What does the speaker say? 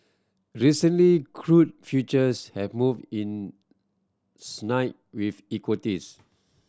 recently crude futures have moved in sync with equities